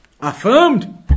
affirmed